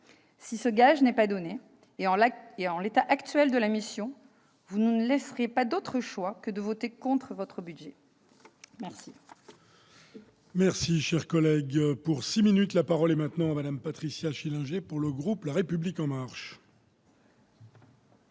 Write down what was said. Si ces gages ne sont pas donnés, en l'état actuel de la mission, vous ne nous laisserez pas d'autre choix que de voter contre votre budget. La